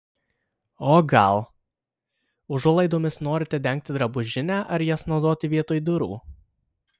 o gal užuolaidomis norite dengti drabužinę ar jas naudoti vietoj durų